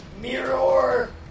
mirror